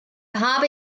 habe